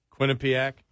Quinnipiac